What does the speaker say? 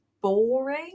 boring